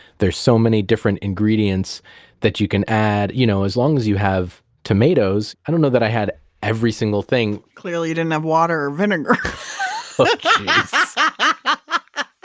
there's so many different ingredients that you can add you know as long as you have tomatoes, i don't know that i had every single thing clearly you didn't have water or vinegar oh, but jeez.